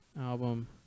album